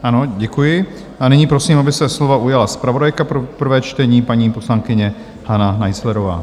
Ano, děkuji a nyní prosím, aby se slova ujala zpravodajka pro prvé čtení, paní poslankyně Hana Naiclerová.